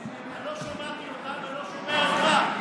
אני לא שמעתי אותם ולא שומע אותך.